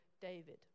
David